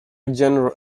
genre